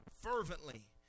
fervently